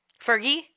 Fergie